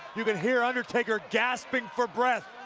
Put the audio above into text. you can hear undertaker gasping for breath.